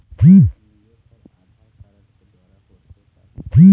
निवेश हर आधार कारड के द्वारा होथे पाही का?